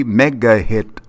mega-hit